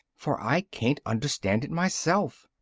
for i ca'n't understand it myself,